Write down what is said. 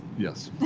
yes.